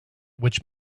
which